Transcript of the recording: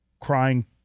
crying